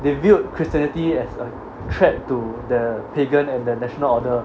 they viewed christianity as a threat to the pagan and the national order